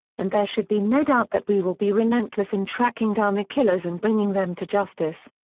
and there should be no doubt that we will be relentless in tracking down the killers and bringing them to justice.